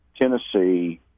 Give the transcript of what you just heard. Tennessee